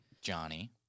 Johnny